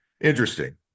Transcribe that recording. Interesting